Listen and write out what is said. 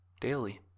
Daily